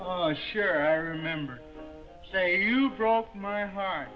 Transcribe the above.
share i remember saying you broke my heart